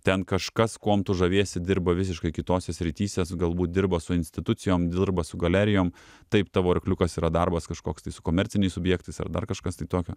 ten kažkas kuom tu žaviesi dirba visiškai kitose srityse galbūt dirba su institucijom dirba su galerijom taip tavo arkliukas yra darbas kažkoks tai su komerciniais subjektais ar dar kažkas tai tokio